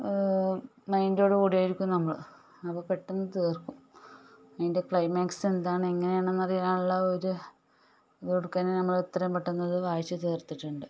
മൈൻ്റോട് കൂടിയായിരിക്കും നമ്മൾ അപ്പം പെട്ടെന്ന് തീർക്കും അതിൻ്റെ ക്ലൈമാക്സ് എന്താണ് എങ്ങനെയാണ് എന്ന് അറിയാനുള്ള ഒരു ഒടുക്കനെ നമ്മൾ എത്രയും പെട്ടെന്ന് അത് എത്രയും വായിച്ചു തീർത്തിട്ടുണ്ട്